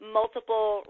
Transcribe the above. multiple